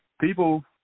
people